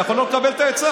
אתה יכול לא לקבל את העצה.